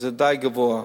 זה די גבוה.